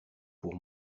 pour